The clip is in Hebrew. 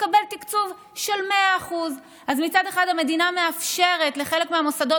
יקבל תקצוב של 100%. אז מצד אחד המדינה מאפשרת לחלק מהמוסדות